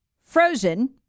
frozen